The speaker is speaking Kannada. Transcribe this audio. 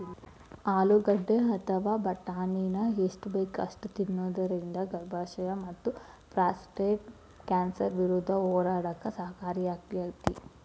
ಆಲೂಗಡ್ಡಿ ಅಥವಾ ಬಟಾಟಿನ ಎಷ್ಟ ಬೇಕ ಅಷ್ಟ ತಿನ್ನೋದರಿಂದ ಗರ್ಭಾಶಯ ಮತ್ತಪ್ರಾಸ್ಟೇಟ್ ಕ್ಯಾನ್ಸರ್ ವಿರುದ್ಧ ಹೋರಾಡಕ ಸಹಕಾರಿಯಾಗ್ಯಾತಿ